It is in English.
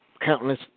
countless